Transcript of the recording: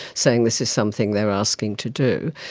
saying this is something they're asking to do.